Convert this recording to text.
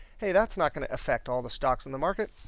hey, that's not going to affect all the stocks in the market,